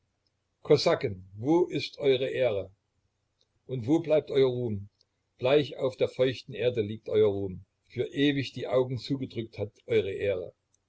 kosaken wo ist eure ehre und wo blieb euer ruhm bleich auf der feuchten erde liegt euer ruhm für ewig die augen zugedrückt hat eure ehre